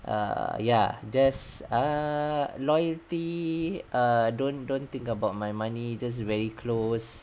err ya there's a loyalty err don't don't think about my money just really close